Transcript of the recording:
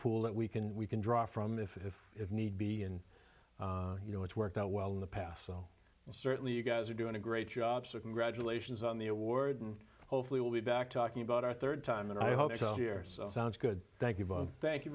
pool that we can we can draw from if if if need be and you know it's worked out well in the past so and certainly you guys are doing a great job so congratulations on the award and hopefully we'll be back talking about our third time and i hope to hear sounds good thank you both thank you